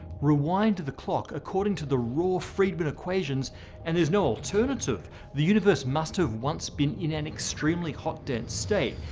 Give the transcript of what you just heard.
rewind the clock according to the raw friedman equations and there's no alternative the universe must have once been in an extremely hot, dense state,